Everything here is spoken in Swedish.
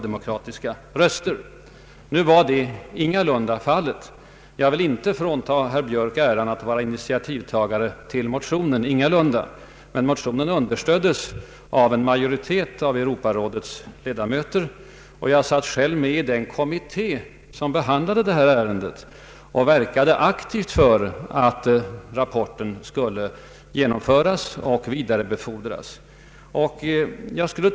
Det var ingalunda fallet. Jag vill inte frånta herr Björk äran av att vara initiativtagare till motionen, ingalunda. Men motionen understöddes av en majoritet av Europarådets ledamöter. Jag satt själv med i den Europarådskommitté som behandlade ärendet. Jag verkade också aktivt för att rapporten skulle komma till stånd och vidarebefordras till församlingen.